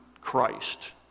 Christ